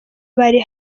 bari